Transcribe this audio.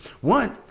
one